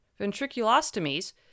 Ventriculostomies